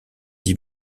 dix